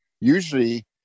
usually